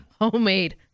homemade